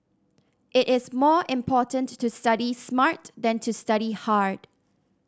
it is more important to study smart than to study hard